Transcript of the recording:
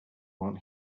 want